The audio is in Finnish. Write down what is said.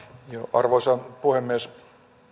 arvoisa puhemies